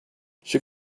she